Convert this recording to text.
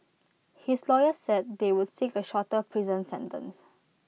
his lawyer said they would seek A shorter prison sentence